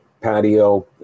patio